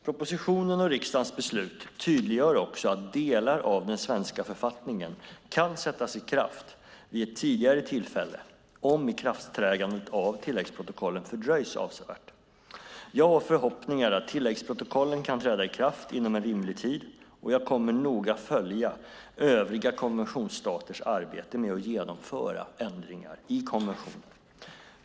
Propositionen, och riksdagens beslut, tydliggör också att delar av den svenska författningen kan sättas i kraft vid ett tidigare tillfälle om ikraftträdandet av tilläggsprotokollen fördröjs avsevärt. Jag har förhoppningar att tilläggsprotokollen kan träda i kraft inom en rimlig tid och jag kommer noga att följa övriga konventionsstaters arbete med att genomföra ändringarna i konventionen.